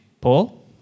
Paul